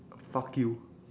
fuck you